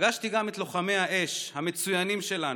פגשתי גם את לוחמי האש המצוינים שלנו,